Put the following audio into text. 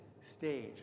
stage